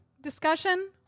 discussion